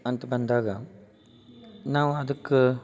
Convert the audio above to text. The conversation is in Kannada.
ಅಂತ ಬಂದಾಗ ನಾವು ಅದಕ್ಕೆ